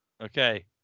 Okay